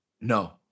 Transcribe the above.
No